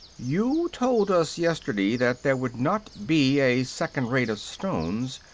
you told us yesterday that there would not be a second rain of stones.